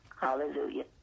Hallelujah